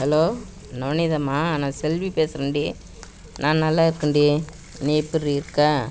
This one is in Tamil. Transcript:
ஹலோ நவநீதமா நான் செல்வி பேசுகிறேன்டி நான் நல்லா இருக்கேன்டி நீ எப்பிடிரி இருக்க